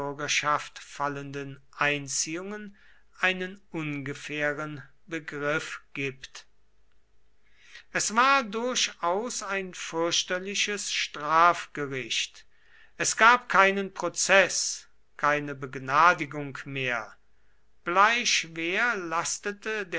bürgerschaft fallenden einziehungen einen ungefähren begriff gibt es war durchaus ein fürchterliches strafgericht es gab keinen prozeß keine begnadigung mehr bleischwer lastete